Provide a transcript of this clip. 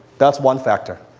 that's one factor.